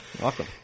Welcome